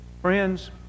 Friends